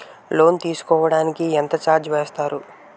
Loan తీసుకోడానికి ఎంత charges వేస్తారు?